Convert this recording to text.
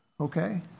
okay